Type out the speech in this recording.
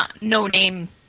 no-name